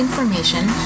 information